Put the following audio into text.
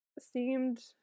seemed